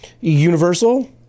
Universal